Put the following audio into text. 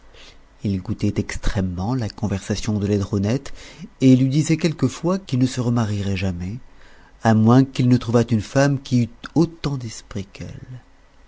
il goûtait extrêmement la conversation de laidronette et lui disait quelquefois qu'il ne se marierait jamais à moins qu'il ne trouvât une femme qui eût autant d'esprit qu'elle